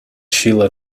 shiela